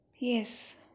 Yes